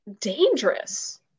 dangerous